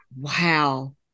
wow